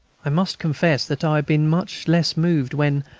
i must confess that i had been much less moved when,